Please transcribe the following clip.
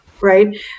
right